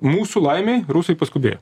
mūsų laimei rusai paskubėjo